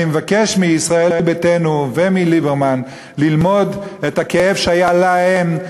אני מבקש מישראל ביתנו ומליברמן ללמוד מהכאב שהיה להם,